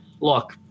Look